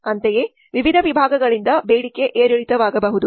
ಅಂತೆಯೇ ವಿವಿಧ ವಿಭಾಗಗಳಿಂದ ಬೇಡಿಕೆ ಏರಿಳಿತವಾಗಬಹುದು